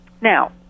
Now